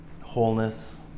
wholeness